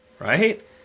Right